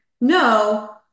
no